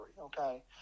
okay